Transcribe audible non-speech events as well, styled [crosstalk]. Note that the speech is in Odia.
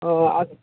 ହଁ [unintelligible]